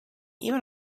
even